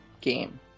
game